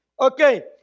Okay